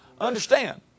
understand